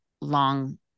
long